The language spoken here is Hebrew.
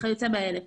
וכיוצא באלה.